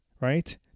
right